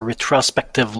retrospective